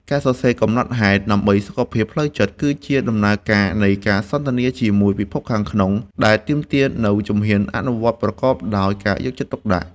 ការសរសេរកំណត់ហេតុដើម្បីសុខភាពផ្លូវចិត្ត គឺជាដំណើរការនៃការសន្ទនាជាមួយពិភពខាងក្នុង ដែលទាមទារនូវជំហានអនុវត្តប្រកបដោយការយកចិត្តទុកដាក់។